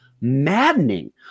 maddening